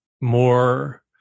more